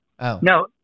No